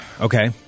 Okay